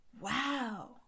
wow